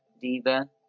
Diva